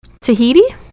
Tahiti